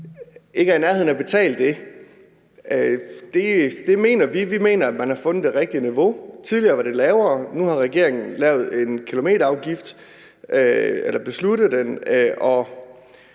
ikke er i nærheden af at betale det? Det mener vi. Vi mener, at man har fundet det rigtige niveau. Tidligere var det lavere. Nu har regeringen besluttet en kilometerafgift, og så kommer man op